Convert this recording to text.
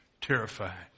terrified